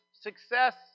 success